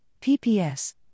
PPS